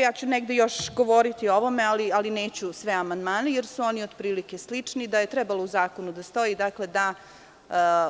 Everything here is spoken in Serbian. Još ću negde govoriti o ovome, ali neću o svim amandmanima, jer su oni otprilike slični, da je u zakonu trebalo da stoji da,